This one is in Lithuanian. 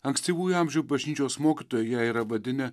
ankstyvųjų amžių bažnyčios mokytoja ją yra vadinę